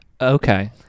Okay